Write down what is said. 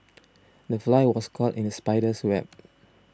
the fly was caught in the spider's web